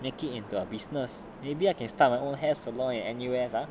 make it into a business maybe I can start my own hair salon at N_U_S ah